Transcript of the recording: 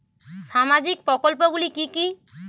সামাজিক প্রকল্পগুলি কি কি?